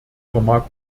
vermag